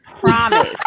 promise